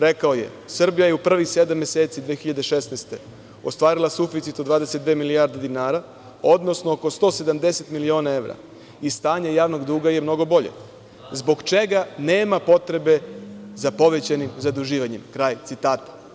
Rekao je – „Srbija je u prvih sedam meseci 2016. godine ostvarila suficit od 22 milijarde dinara, odnosno oko 170 miliona evra i stanje javnog duga je mnogo bolje, zbog čega nema potrebe za povećanim zaduživanjem.“ Kraj citata.